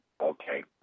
okay